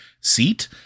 seat